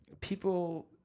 people